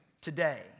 today